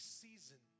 season